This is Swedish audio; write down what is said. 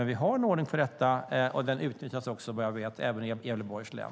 Vi har dock en ordning för detta som, vad jag vet, nyttjas även i Gävleborgs län.